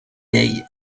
day